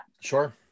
Sure